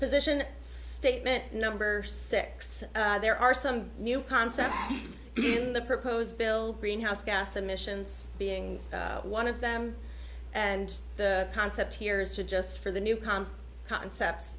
position statement number six there are some new concepts in the proposed bill greenhouse gas emissions being one of them and the concept here is to just for the new concept